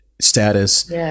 status